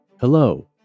Hello